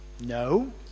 No